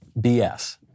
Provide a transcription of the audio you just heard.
BS